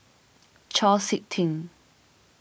Chau Sik Ting